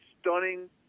stunning